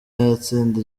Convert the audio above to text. yatsinda